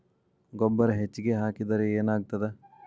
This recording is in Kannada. ಗೊಬ್ಬರ ಹೆಚ್ಚಿಗೆ ಹಾಕಿದರೆ ಏನಾಗ್ತದ?